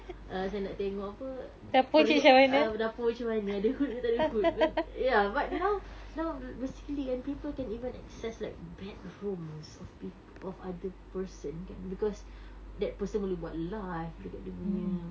err saya nak tengok apa periuk err dapur macam mana ada hood ke tak ada hood uh ya but now now basically people can even access like bedrooms of peop~ of other person kan because that person boleh buat live dekat dia punya